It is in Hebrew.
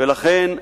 ולכן,